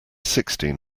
sixteen